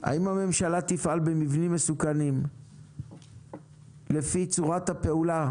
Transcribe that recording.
האם הממשלה תפעל במבנים מסוכנים לפי צורת הפעולה